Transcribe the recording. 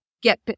Get